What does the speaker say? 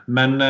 Men